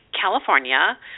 California